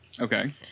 Okay